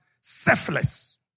selfless